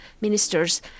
ministers